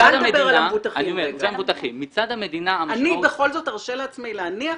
מצד המדינה המשמעות --- אני בכל זאת ארשה לעצמי להניח